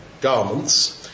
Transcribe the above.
garments